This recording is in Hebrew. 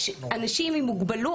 יש אנשים עם מוגבלות.